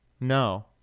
No